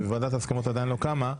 וועדת ההסכמות עדיין לא קמה,